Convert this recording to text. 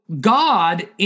God